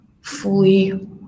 fully